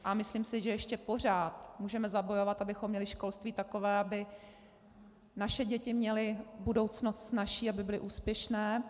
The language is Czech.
A myslím si, že ještě pořád můžeme zabojovat, abychom měli školství takové, aby naše děti měly budoucnost snazší, aby byly úspěšné.